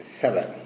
heaven